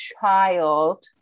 child